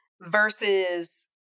Versus